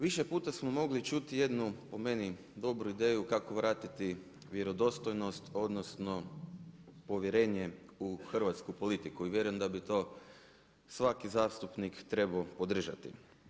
Više puta smo mogli čuti jednu po meni dobru ideju kako vratiti vjerodostojnost, odnosno povjerenje u hrvatsku politiku i vjerujem da bi to svaki zastupnik trebao podržati.